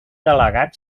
delegat